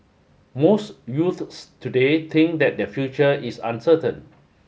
most youths today think that their future is uncertain